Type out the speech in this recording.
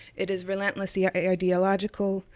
it is relentlessly ah ideological,